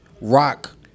rock